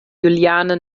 juliane